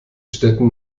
städten